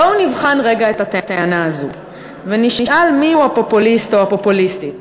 בואו נבחן רגע את הטענה הזו ונשאל מי הוא הפופוליסט או הפופוליסטית,